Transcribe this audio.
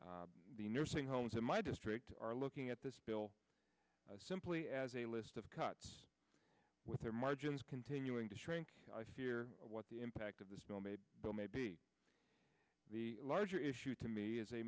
the nursing homes in my district are looking at this bill simply as a list of cuts with their margins continuing to shrink i fear what the impact of this bill may may be the larger issue to me is a